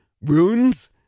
runes